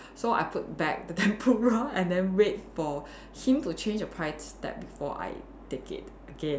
so I put back the tempura and then wait for him to change the price tag before I take it again